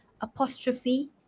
apostrophe